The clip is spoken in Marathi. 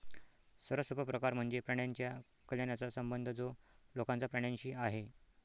सर्वात सोपा प्रकार म्हणजे प्राण्यांच्या कल्याणाचा संबंध जो लोकांचा प्राण्यांशी आहे